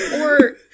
Or-